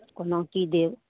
कोना की देब